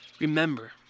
remember